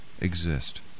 exist